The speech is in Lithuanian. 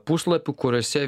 puslapių kuriuose